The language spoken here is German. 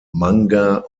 manga